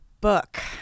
book